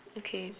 okay